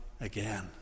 again